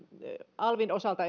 alvin osalta